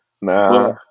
Nah